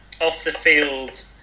off-the-field